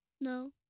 No